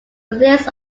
list